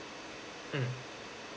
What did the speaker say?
mm